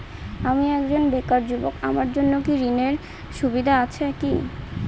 আমি একজন বেকার যুবক আমার জন্য কোন ঋণের সুবিধা আছে কি?